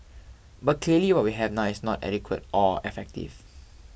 but clearly what we have now is not adequate or effective